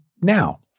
now